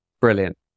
brilliant